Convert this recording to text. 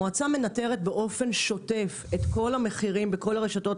המועצה מנתרת באופן שוטף את כל המחירים בכל הרשתות